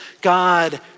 God